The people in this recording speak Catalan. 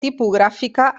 tipogràfica